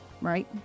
right